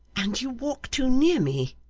and you walk too near me,